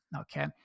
okay